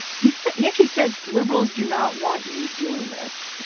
he said he actually says liberals do not want you doing this.